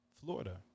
Florida